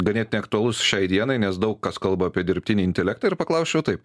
ganėtinai aktualus šiai dienai nes daug kas kalba apie dirbtinį intelektą ir paklausčiau taip